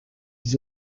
des